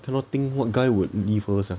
cannot think what guy would leave her sia